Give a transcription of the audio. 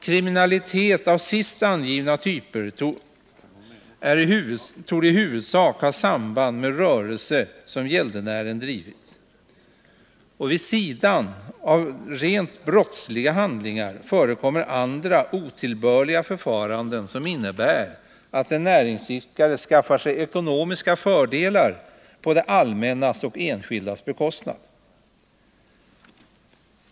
Kriminalitet av sist angivna typer torde i huvudsak ha samband med rörelse som gäldenären bedrivit. Vid sidan av rent brottsliga handlingar förekommer andra otillbörliga förfaranden, som innebär att en näringsidkare skaffar sig ekonomiska fördelar på det allmännas och enskildas bekostnad.